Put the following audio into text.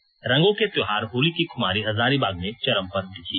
होली रंगो के त्योहार होली की खुमारी हजारीबाग में चरम पर दिखी